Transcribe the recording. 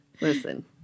Listen